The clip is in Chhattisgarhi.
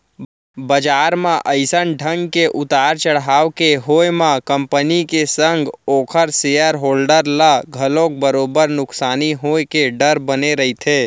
बजार म अइसन ढंग के उतार चड़हाव के होय म कंपनी के संग ओखर सेयर होल्डर ल घलोक बरोबर नुकसानी होय के डर बने रहिथे